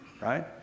right